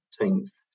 teams